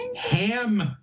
Ham